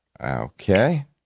Okay